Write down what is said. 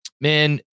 Man